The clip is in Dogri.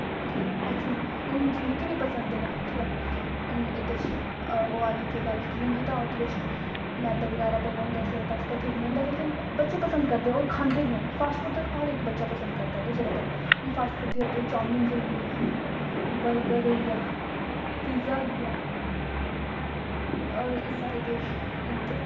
मैकसिमम हून मिगी बी पसंद न ठीक ऐ हून इत्त च ओह् गल्ल कियां कियां इत्त च मैदा बगैरा पेदा होंदे सेह्त आस्तै ठीक नी होंदा लेकिन बच्चे पसंद करदे खंदे बी हैन अस बी हर इक बच्चा बसंद करदा तुसें पता ऐ फास्टफूड़ दी चामिनस होईये बर्गर होईया पीजा होईया होर सारा किश